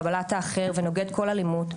קבלת האחר ונוגד כל אלימות,